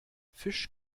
fisch